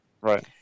Right